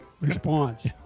response